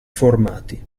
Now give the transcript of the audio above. formati